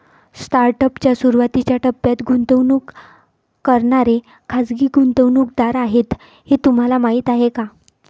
Startup च्या सुरुवातीच्या टप्प्यात गुंतवणूक करणारे खाजगी गुंतवणूकदार आहेत हे तुम्हाला माहीत आहे का?